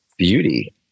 beauty